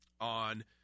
on